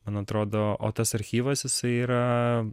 man atrodo o tas archyvas jisai yra